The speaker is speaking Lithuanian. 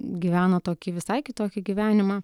gyveno tokį visai kitokį gyvenimą